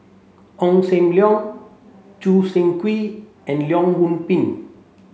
Ong Sam Leong Choo Seng Quee and Leong Yoon Pin